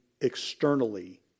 externally